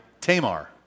Tamar